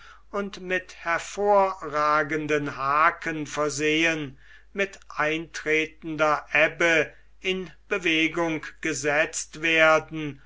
und mit hervorragenden haken versehen mit eintretender ebbe in bewegung gesetzt werden